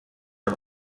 are